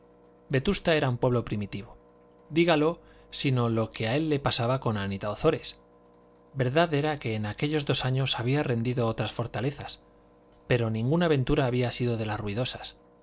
vetusta era un pueblo primitivo dígalo si no lo que a él le pasaba con anita ozores verdad era que en aquellos dos años había rendido otras fortalezas pero ninguna aventura había sido de las ruidosas